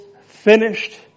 finished